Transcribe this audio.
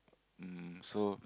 mm so